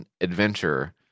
adventure